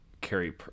carry